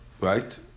Right